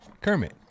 Kermit